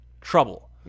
trouble